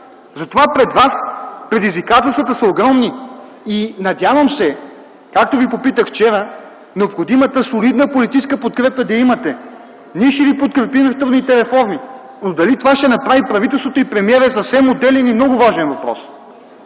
Затова пред вас предизвикателствата са огромни и, надявам се, както ви попитах вчера – необходимата солидна политическа подкрепа да я имате. Ние ще ви подкрепим в трудните реформи, но дали това ще направят правителството и премиерът, е съвсем отделен и много важен въпрос.